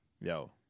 Yo